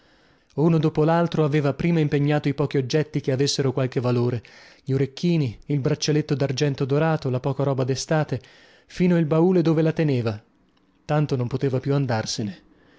uno dopo laltro aveva prima impegnato i pochi oggetti che avessero qualche valore gli orecchini il braccialetto dargento dorato la poca roba destate fino il baule dove la teneva tanto non poteva più andarsene